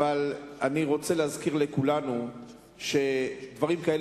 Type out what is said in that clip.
אבל אני רוצה להזכיר לכולנו שדברים כאלה